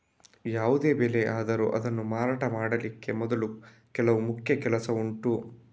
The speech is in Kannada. ಯಾವುದೇ ಬೆಳೆ ಆದ್ರೂ ಅದನ್ನ ಮಾರಾಟ ಮಾಡ್ಲಿಕ್ಕೆ ಮೊದ್ಲು ಕೆಲವು ಮುಖ್ಯ ಕೆಲಸ ಉಂಟು